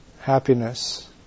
happiness